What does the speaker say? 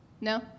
No